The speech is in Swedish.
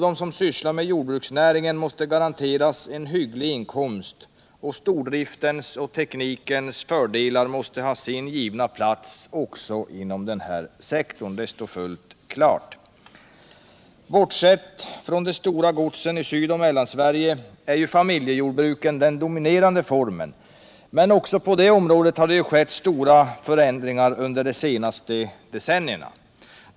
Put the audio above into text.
De som sysslar med jordbruksnäringen måste garanteras en hygglig inkomst, och stordriftens och teknikens fördelar måste ha sin givna plats också inom denna sektor. Det står fullt klart. Bortsett från de stora godsen i Sydoch Mellansverige är familjejordbruken den dominerande formen, men också på det området har det skett stora förändringar under de senaste decennierna.